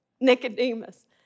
Nicodemus